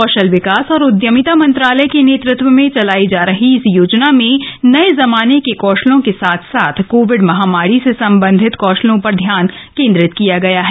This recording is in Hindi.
कौशल विकास और उद्यमिता मंत्रालय के नेतृत्व में चलायी जा रही इस योजना में नये जमाने के कौशलों के साथ साथ कोविड महामारी से संबंधित कौशलों पर ध्यान केन्द्रित किया गया है